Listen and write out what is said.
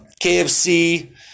KFC